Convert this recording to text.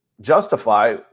justify